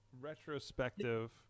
retrospective